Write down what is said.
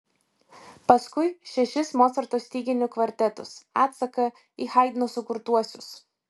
paskui šešis mocarto styginių kvartetus atsaką į haidno sukurtuosius